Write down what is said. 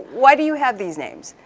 why do you have these names?